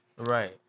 Right